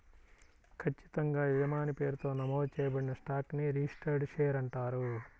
ఖచ్చితంగా యజమాని పేరుతో నమోదు చేయబడిన స్టాక్ ని రిజిస్టర్డ్ షేర్ అంటారు